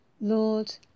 Lord